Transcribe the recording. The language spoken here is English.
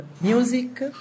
music